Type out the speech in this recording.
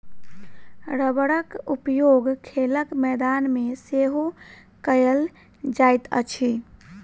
रबड़क उपयोग खेलक मैदान मे सेहो कयल जाइत अछि